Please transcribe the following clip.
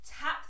tap